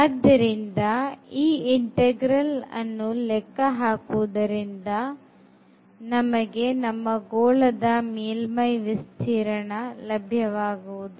ಆದ್ದರಿಂದ ಈ integral ಅನ್ನು ಲೆಕ್ಕ ಹಾಕುವುದರಿಂದ ನಮಗೆ ನಮ್ಮ ಗೋಳದ ಮೇಲ್ಮೈ ವಿಸ್ತೀರ್ಣ ಲಭ್ಯವಾಗುವುದು